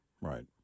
right